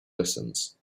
listens